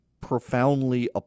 profoundly